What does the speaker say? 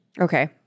Okay